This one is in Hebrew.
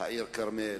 העיר כרמיאל.